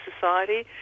society